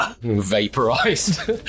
Vaporized